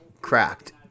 cracked